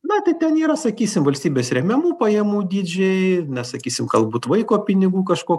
na tai ten yra sakysim valstybės remiamų pajamų dydžiai na sakysim galbūt vaiko pinigų kažko